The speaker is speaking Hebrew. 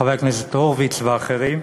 חבר הכנסת הורוביץ ואחרים.